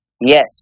Yes